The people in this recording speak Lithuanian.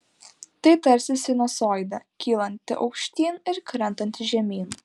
tai tarsi sinusoidė kylanti aukštyn ir krentanti žemyn